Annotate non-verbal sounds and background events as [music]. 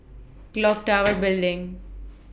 Clock [noise] Tower Building